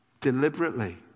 deliberately